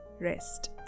rest